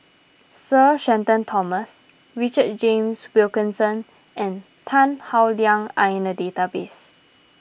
Sir Shenton Thomas Richard James Wilkinson and Tan Howe Liang are in the database